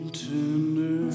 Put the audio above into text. tender